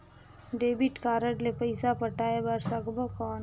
Debit card ले पइसा पटाय बार सकबो कौन?